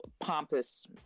pompous